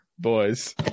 Boys